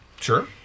Sure